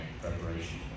preparation